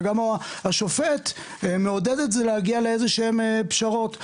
וגם השופט מעודד להגיע לאיזה שהם פשרות,